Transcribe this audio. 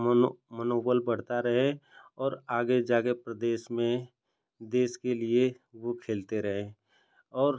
मनो मनोबल बढ़ता रहे और आगे जाकर प्रदेश में देश के लिए वह खेलते रहें और